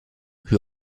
who